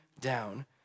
down